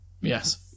Yes